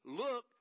look